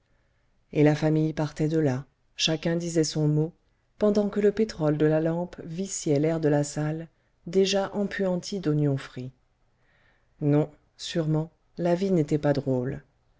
et la famille partait de là chacun disait son mot pendant que le pétrole de la lampe viciait l'air de la salle déjà empuantie d'oignon frit non sûrement la vie n'était pas drôle